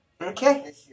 Okay